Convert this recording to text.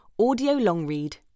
audiolongread